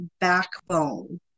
backbone